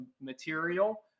material